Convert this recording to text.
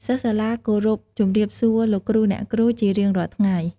សិស្សសាលាគោរពជម្រាបសួរលោកគ្រូអ្នកគ្រូ ជារៀងរាល់ថ្ងៃ។